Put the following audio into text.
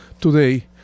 Today